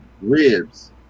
ribs